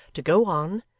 to go on,